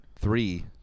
Three